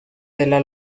della